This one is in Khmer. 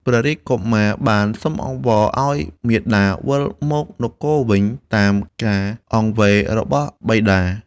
រាជកុមារបានសុំអង្វរឱ្យមាតាវិលមកនគរវិញតាមការអង្វេររបស់បិតា។